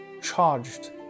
charged